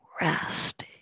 rest